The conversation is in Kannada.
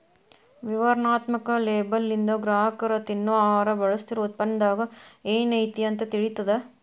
ವಿವರಣಾತ್ಮಕ ಲೇಬಲ್ಲಿಂದ ಗ್ರಾಹಕರ ತಿನ್ನೊ ಆಹಾರ ಬಳಸ್ತಿರೋ ಉತ್ಪನ್ನದಾಗ ಏನೈತಿ ಅಂತ ತಿಳಿತದ